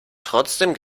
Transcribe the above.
trotzdem